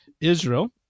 Israel